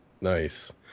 Nice